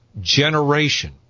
generation